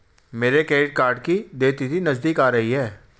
मेरे credit card की देय तिथि नज़दीक आ रही है